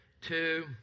Two